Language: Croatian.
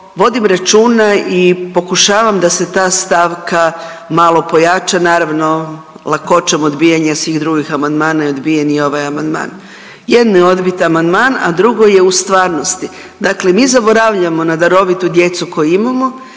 vodim računa i pokušavam da se ta stavka malo pojača, naravno lakoćom odbijanja svih drugih amandmana je odbijen i ovaj amandman. Jedno je odbiti amandman, a drugo je u stvarnosti. Dakle, mi zaboravljamo na darovitu djecu koju imamo,